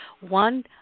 one